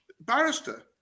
barrister